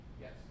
Yes